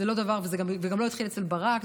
זה גם לא התחיל אצל ברק,